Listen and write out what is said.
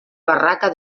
barraca